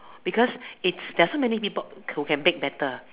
because its there's so many people who can bake better